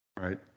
Right